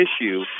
issue